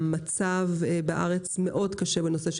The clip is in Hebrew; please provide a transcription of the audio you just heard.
המצב בארץ מאוד קשה בנושא,